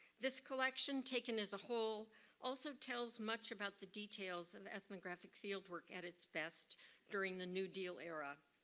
this like taken as a whole also tells much about the details and the ethnographic field work at its best during the new deal era.